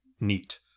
neat